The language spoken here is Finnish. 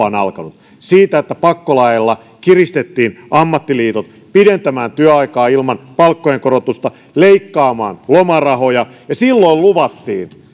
on alkanut siitä että pakkolaeilla kiristettiin ammattiliitot pidentämään työaikaa ilman palkkojen korotusta leikkaamaan lomarahoja ja silloin luvattiin